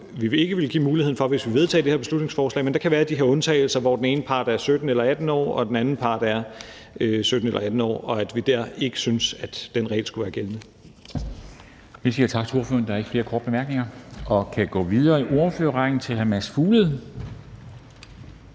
ville give muligheden for, hvis vi vedtog det her beslutningsforslag, men der kan være de her undtagelser, hvor den ene part er 17 eller 18 år og den anden part er 17 eller 18 år, og hvor vi ikke synes, at den reelt skulle være gældende. Kl. 12:49 Formanden (Henrik Dam Kristensen): Vi siger tak til ordføreren. Der er ikke flere korte bemærkninger, og vi kan så gå videre i ordførerrækken til hr. Mads Fuglede,